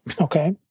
Okay